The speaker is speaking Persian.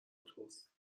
توست